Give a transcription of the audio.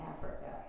Africa